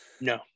No